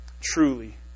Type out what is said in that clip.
truly